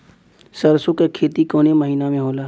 सरसों का खेती कवने महीना में होला?